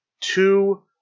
two